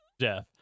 Jeff